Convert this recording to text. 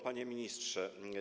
Panie Ministrze!